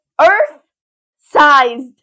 Earth-sized